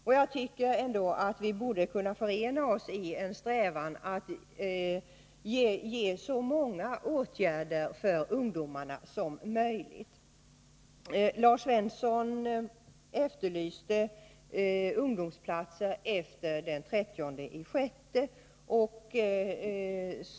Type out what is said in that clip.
Och jag tycker att vi borde kunna förena oss i en strävan att vidta så många åtgärder som möjligt för ungdomarna. Lars Svensson efterlyste ungdomsplatser efter den 30 juni.